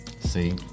See